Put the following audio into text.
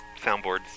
soundboards